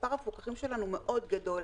מספר המפוקחים שלנו הוא מאוד גדול.